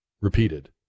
repeated